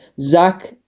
zach